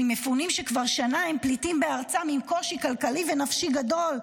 ממפונים שכבר שנה הם פליטים בארצם עם קושי כלכלי ונפשי גדול,